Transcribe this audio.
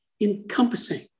encompassing